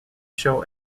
show